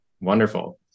Wonderful